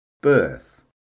Birth